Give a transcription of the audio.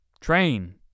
train